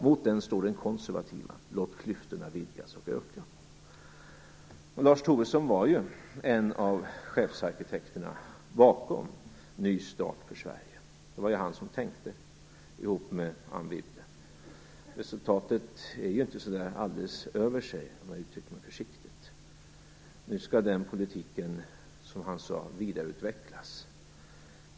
Mot den står den konservativa: Låt klyftorna vidgas och öka. Lars Tobisson var en av chefsarkitekterna bakom "Ny start för Sverige". Det var han som tänkte ihop med Anne Wibble. Resultatet är inte så där alldeles över sig, om jag uttrycker mig försiktigt. Nu skall den politiken, som han sade, vidareutvecklas.